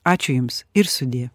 ačiū jums ir sudie